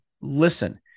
listen